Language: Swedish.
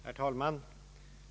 Herr talman!